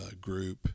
group